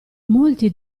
molti